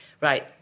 right